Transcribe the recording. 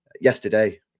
Yesterday